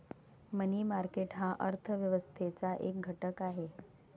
मनी market हा अर्थ व्यवस्थेचा एक घटक आहे